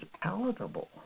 palatable